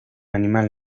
animal